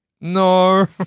no